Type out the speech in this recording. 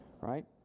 right